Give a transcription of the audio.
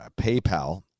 PayPal